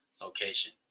location